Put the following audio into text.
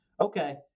okay